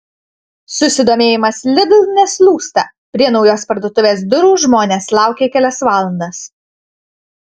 susidomėjimas lidl neslūgsta prie naujos parduotuvės durų žmonės laukė kelias valandas